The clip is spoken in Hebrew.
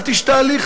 אל תשתעלי,